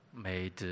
made